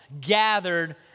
gathered